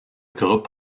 groupe